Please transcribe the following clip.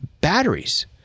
batteries